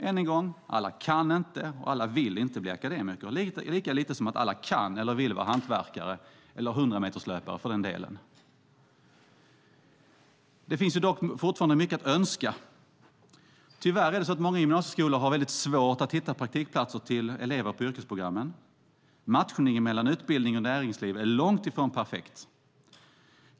Än en gång: Alla kan inte och alla vill inte bli akademiker, lika lite som att alla kan eller vill bli hantverkare - eller hundrameterslöpare för den delen. Det finns dock fortfarande mycket att önska. Tyvärr har många gymnasieskolor svårt att hitta praktikplatser till elever på yrkesprogrammen. Matchningen mellan utbildning och näringsliv är långt ifrån perfekt.